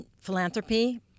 philanthropy